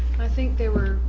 i think they were,